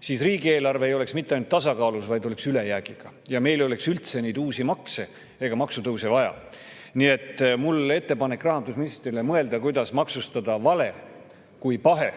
siis riigieelarve ei oleks mitte ainult tasakaalus, vaid oleks ülejäägiga. Siis meil ei oleks üldse neid uusi makse ega maksutõuse vaja. Nii et mul on ettepanek rahandusministrile: mõelda, kuidas maksustada vale kui pahe,